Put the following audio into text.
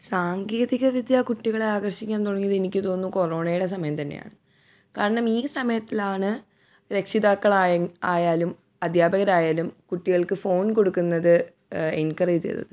സാങ്കേതികവിദ്യ കുട്ടികളെ ആകർഷിക്കാൻ തുടങ്ങിയത് എനിക്ക് തോന്നുന്നു കോറോണയുടെ സമയം തന്നെയാണ് കാരണം ഈ സമയത്തിലാണ് രക്ഷിതാക്കളായാലും അദ്ധ്യാപകരായാലും കുട്ടികൾക്ക് ഫോൺ കൊടുക്കുന്നത് എൻകറേജ് ചെയ്തത്